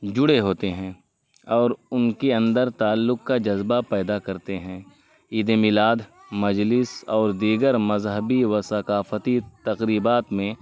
جڑے ہوتے ہیں اور ان کے اندر تعلق کا جذبہ پیدا کرتے ہیں عید ملاد مجلس اور دیگر مذہبی و ثقافتی تقریبات میں